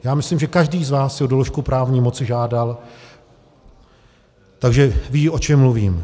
Já myslím, že každý z vás si o doložku právní moci žádal, takže ví, o čem mluvím.